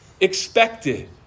expected